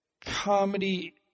comedy